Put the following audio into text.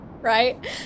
right